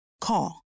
Call